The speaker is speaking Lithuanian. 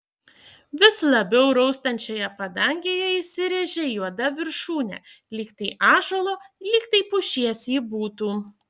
vis labiau raustančioje padangėje įsirėžė juoda viršūnė lyg tai ąžuolo lyg tai pušies ji būtų